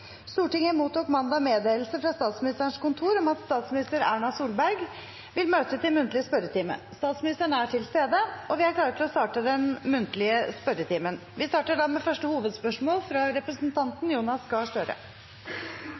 Stortinget mottok mandag meddelelse fra Statsministerens kontor om at statsminister Erna Solberg vil møte til muntlig spørretime. Statsministeren er til stede, og vi er klare til å starte den muntlige spørretimen. Vi starter med første hovedspørsmål, fra representanten Jonas Gahr Støre.